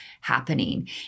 happening